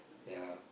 ya